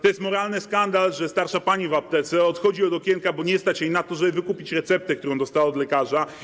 To jest moralny skandal, że starsza pani w aptece odchodzi od okienka, bo nie stać jej na to, żeby wykupić receptę, którą dostała od lekarza.